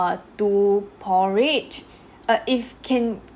uh two porridge err if can